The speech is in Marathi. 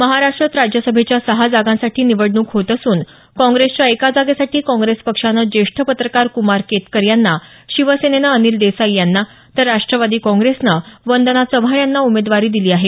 महाराष्ट्रात राज्यसभेच्या सहा जागांसाठी निवडणूक होत असून काँग्रेसच्या एका जागेसाठी काँग्रेस पक्षानं ज्येष्ठ पत्रकार कुमार केतकर यांना शिवसेनेनं अनिल देसाई यांना तर राष्ट्रवादी काँग्रेसनं वंदना चव्हाण यांना उमेदवारी दिली आहे